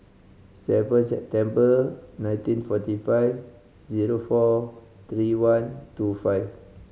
seven September nineteen forty five zero four three one two five